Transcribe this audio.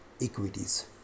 equities